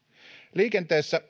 liikenteessä